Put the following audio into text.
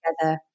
together